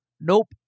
nope